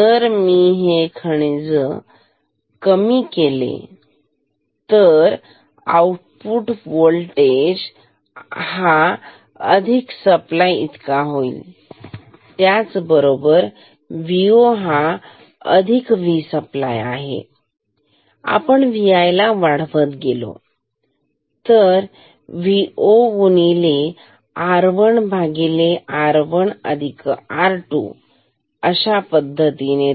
जर हे कमी केले आले तर Vo हा अधिक सप्लाय होईल याप्रमाणे Vo हा अधिक V सप्लाय आणि Vi हे वाढवत गेलो तर अधिक Vo गुणिले R1 भागिले R1 अधिक R2 अर्थात V0 R1R1R2